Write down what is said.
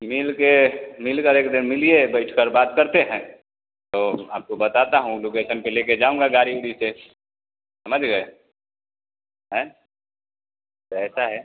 मिल के मिलकर एक दिन मिलिए बैठकर बात करते हैं तो आपको बताता हूँ लोकेशन पर लेकर जाऊँगा गाड़ी ओड़ी से समझ गए तो ऐसा है